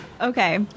Okay